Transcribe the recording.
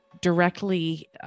directly